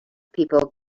people